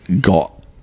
got